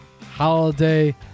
holiday